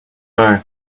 guy